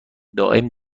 دائم